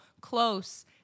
close